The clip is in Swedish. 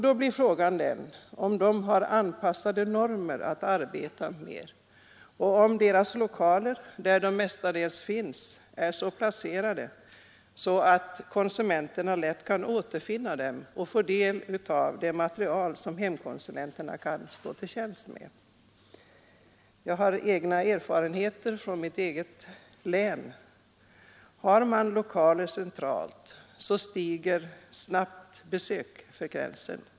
Då blir frågan den, om de har anpassade normer att arbeta med och om deras lokaler, där de mestadels finns, är så placerade att konsumenterna lätt kan återfinna dem och få del av det material som hemkonsulenterna kan stå till tjänst med. Jag har erfarenheter från mitt eget län att om sådana lokaler ligger centralt, stiger snabbt besöksfrekvensen.